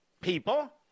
people